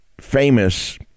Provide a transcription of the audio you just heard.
famous